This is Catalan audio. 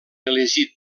elegit